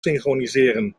synchroniseren